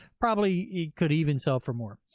probably could even sell for more.